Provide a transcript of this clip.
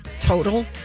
total